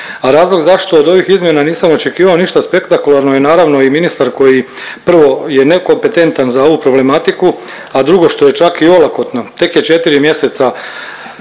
razlog zašto od ovih izmjena nisam očekivao ništa spektakularno i naravno i ministar koji je prvo nekompetentan za ovu problematiku, a drugo što je čak i olakotno, tek je četiri mjeseca